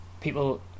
People